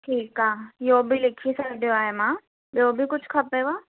ठीकु आहे इहो बि लिखी छॾियो आहे मां ॿियो बि कुझु खपेव